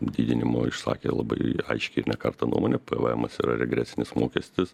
didinimo išsakė labai aiškiai ir ne kartą nuomonę pvmas yra regresinis mokestis